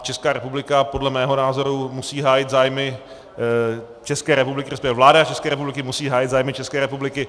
Česká republika podle mého názoru musí hájit zájmy České republiky, resp. vláda České republiky musí hájit zájmy České republiky.